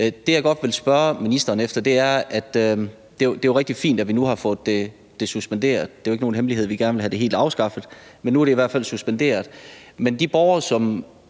Jeg vil godt spørge ministeren om noget. Det er rigtig fint, at vi nu har fået det suspenderet; det er jo ikke nogen hemmelighed, at vi gerne vil have det helt afskaffet, men nu er det i hvert fald suspenderet. Men de borgere, som